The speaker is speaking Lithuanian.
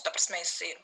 ta prasme jisai